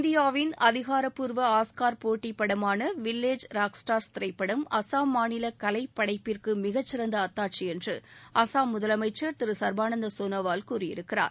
இந்தியாவின் அதிகாரப்பூர்வ ஆஸ்கார் போட்டி படமான வில்லேஜ் ராக்ஸ்டார்ஸ் திரைப்படம் அசாம் மாநில கலைப்படைப்பிற்கு மிகச்சிறந்த அத்தாட்சி என்று அசாம் முதலமைச்சா திரு சாபானந்த சோனோவால் கூறியிருக்கிறார்